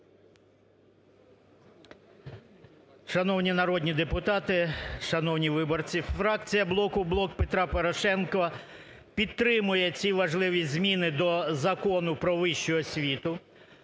Шановні народні депутати, шановні виборці, фракція блоку "Блок Петра Порошенка" підтримує ці важливі зміни до Закону про вищу освіту.